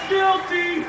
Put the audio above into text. Guilty